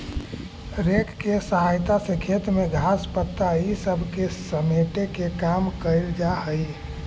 rake के सहायता से खेत में घास, पत्ता इ सब के समेटे के काम कईल जा हई